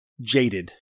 jaded